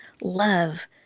love